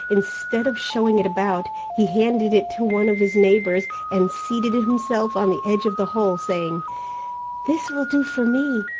instead of showing it about, he handed it to one of his neighbours, and seated himself on the edge of the hole, saying this will do for me.